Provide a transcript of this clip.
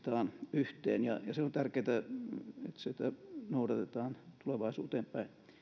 yhteen on tärkeätä että sitä noudatetaan tulevaisuuteen päin